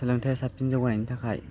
सोलोंथाइआ साबसिन जौगानायनि थाखाय